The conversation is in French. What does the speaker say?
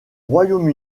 royaume